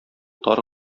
тар